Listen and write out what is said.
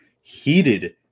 heated